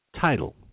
title